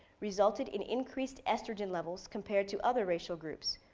resulted in increased estrogen levels compared to other racial groups.